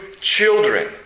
children